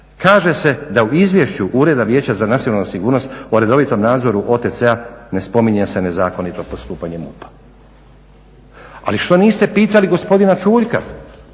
kaže se da u izvješću Ureda Vijeća za nacionalnu sigurnost po redovitom nadzoru OTC-a ne spominje se nezakonito postupanje MUP-a. Ali što niste pitali gospodina Čuljka